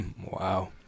Wow